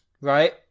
right